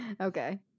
Okay